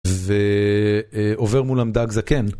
ועובר מולם דג זקן.